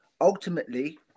Ultimately